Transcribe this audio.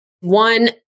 One